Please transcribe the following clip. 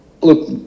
look